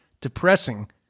depressing